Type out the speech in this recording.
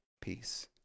peace